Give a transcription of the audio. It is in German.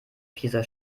pisa